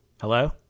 Hello